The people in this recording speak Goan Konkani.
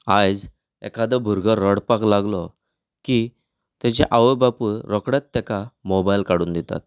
आयज एखादो भुरगो रडपाक लागलो की ताजी आवय बापूय रोकडोच ताका मोबायल काडून दितात